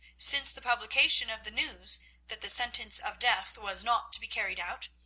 since the publication of the news that the sentence of death was not to be carried out,